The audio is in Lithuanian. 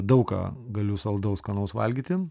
daug ką galiu saldaus skanaus valgyti